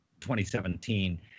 2017